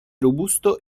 robusto